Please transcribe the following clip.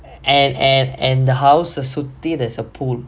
and and and the house the suite there's a pool